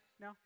No